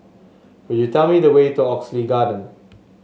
could you tell me the way to Oxley Garden